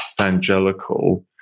evangelical